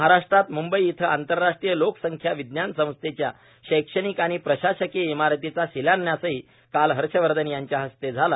महाराष्ट्रात म्ंबई इथं आंतरराष्ट्रीय लोकसंख्या विज्ञान संस्थेच्या शैक्षणिक आणि प्रशासकीय इमारतीचा शिलान्यासही काल हर्षवर्धन यांच्या हस्ते झाला